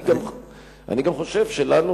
אני גם חושב שלנו,